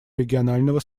регионального